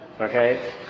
okay